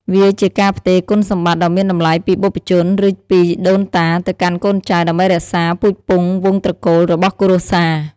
វាជាការផ្ទេរគុណសម្បត្តិដ៏មានតម្លៃពីបុព្វជន ឬពីដូនតា ទៅកាន់កូនចៅ ដើម្បីរក្សា ពូជពង្សវងត្រកូលរបស់គ្រួសារ។